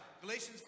Galatians